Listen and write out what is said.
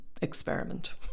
experiment